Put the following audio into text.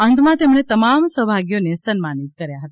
અંતમાં તેમણે તમામ સહભાગીઓને સન્માનિત કર્યા હતા